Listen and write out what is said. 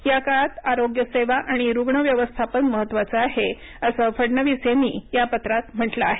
या काळात आरोग्य सेवा आणि रूग्ण व्यवस्थापन महत्त्वाचं आहे असं फडणवीस यांनी या पत्रात म्हटलं आहे